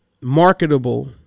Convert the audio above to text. Marketable